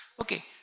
Okay